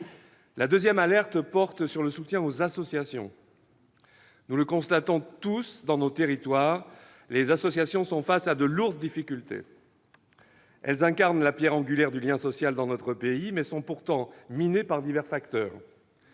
La deuxième alerte porte sur le soutien aux associations. Nous le constatons tous dans nos territoires : les associations font face à de lourdes difficultés. Elles incarnent la pierre angulaire du lien social dans notre pays, mais sont pourtant minées par divers facteurs.